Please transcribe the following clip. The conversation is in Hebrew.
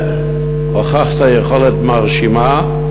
והוכחת יכולת מרשימה.